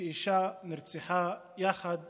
שאישה נרצחה יחד